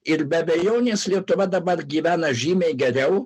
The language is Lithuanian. ir be abejonės lietuva dabar gyvena žymiai geriau